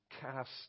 cast